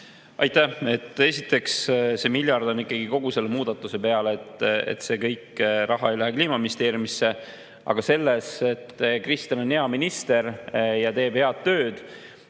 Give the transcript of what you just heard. Aitäh! Esiteks, see miljard on ikkagi kogu selle muudatuse peale. Kõik see raha ei lähe Kliimaministeeriumisse. Aga selles, et Kristen on hea minister ja teeb head tööd,